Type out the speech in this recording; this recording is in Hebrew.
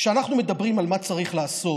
כשאנחנו מדברים על מה שצריך לעשות,